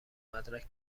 مدرک